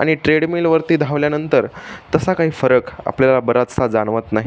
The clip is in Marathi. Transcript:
आणि ट्रेडमिलवरती धावल्यानंतर तसा काही फरक आपल्याला बराचसा जाणवत नाही